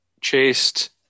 chased